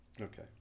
Okay